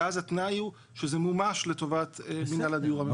שאז התנאי הוא שזה מומש לטובת מינהל הדיור הממשלתי.